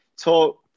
talk